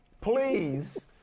Please